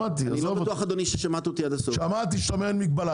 שאין מגבלה.